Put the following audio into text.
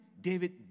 David